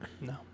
No